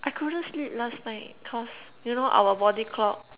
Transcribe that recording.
I couldn't sleep last night cause you know our body clock